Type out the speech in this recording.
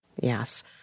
Yes